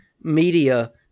media